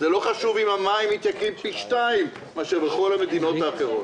לא חשוב אם המים מתייקרים פי שניים מאשר בכל המדינות האחרות.